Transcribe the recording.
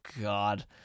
God